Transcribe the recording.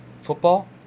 football